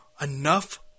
enough